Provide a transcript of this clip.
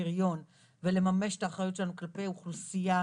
פריון ולממש את האחריות שלנו כלפי אוכלוסייה,